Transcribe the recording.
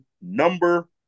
number